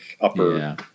upper